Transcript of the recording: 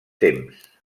temps